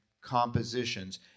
compositions